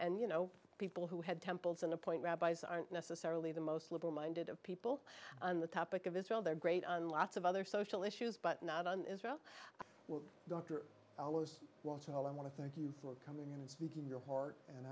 and you know people who had temples and appoint rabbis aren't necessarily the most liberal minded of people on the topic of israel they're great on lots of other social issues but not on israel well dr i almost want to all i want to thank you for coming and speaking your heart and